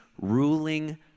ruling